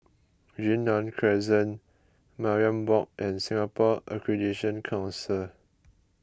Yunnan Crescent Mariam Walk and Singapore Accreditation Council